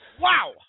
Wow